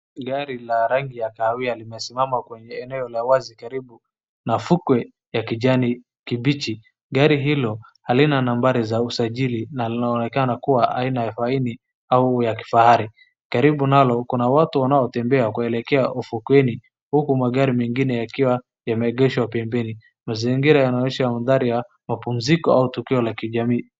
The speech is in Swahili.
Gari la rangi ya kahawia limesimama kwenye eneo ya wazi karibu na fukwe ya kijani kibichi. Gari hilo halina nambari za usajili na linaonekana kuwa aina ya faini au ya kifahari. Karibu nalo kuna watu wanao tembea kuelekea ufukweni, huku magari mengine yakiwa yameegeshwa pembeni. Mazingira yanaonyesha mandhari ya mapumziko au tukio la kijamii.